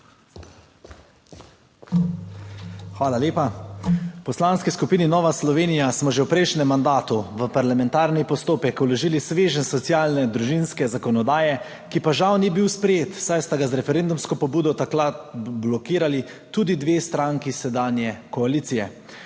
Hvala lepa. V Poslanski skupini Nova Slovenija smo že v prejšnjem mandatu v parlamentarni postopek vložili sveženj socialne družinske zakonodaje, ki pa žal ni bil sprejet, saj sta ga z referendumsko pobudo takrat blokirali tudi dve stranki sedanje koalicije.